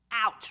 Ouch